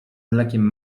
mlekiem